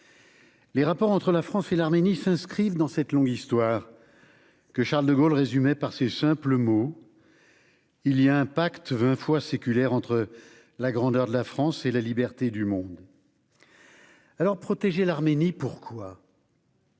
Les rapports entre la France et l'Arménie s'inscrivent dans cette longue histoire que Charles de Gaulle résumait par ces mots simples :« Il y a un pacte vingt fois séculaire entre la grandeur de la France et la liberté du monde. » Pourquoi donc protéger l'Arménie ?